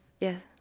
Yes